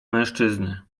mężczyzny